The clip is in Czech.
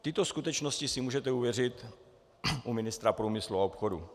Tyto skutečnosti si můžete ověřit u ministra průmyslu a obchodu.